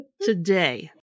Today